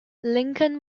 lincoln